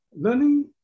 Learning